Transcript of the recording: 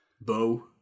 bow